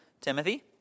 Timothy